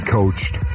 coached